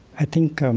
i think um